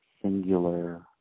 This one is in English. singular